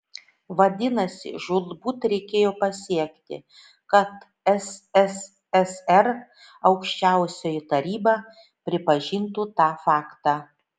vadinasi žūtbūt reikėjo pasiekti kad sssr aukščiausioji taryba pripažintų tą faktą